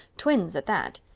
twins, at that.